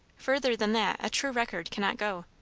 further than that a true record cannot go.